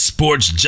Sports